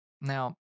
Now